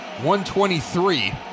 123